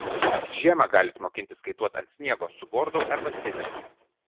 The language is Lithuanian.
žiemą galit mokintis kaituot ant sniego su bordu arba slidėm